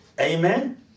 Amen